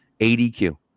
ADQ